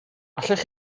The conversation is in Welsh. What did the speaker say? allech